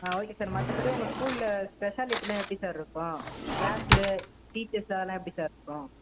ஆ okay sir மற்றபடி உங்கள் ஸ்கூலில் ஸ்பெஷாலிட்டிலாம் எப்படி சார் இருக்கும் க்ளாஸு டீச்சர்ஸு அதெல்லாம் எப்படி சார் இருக்கும்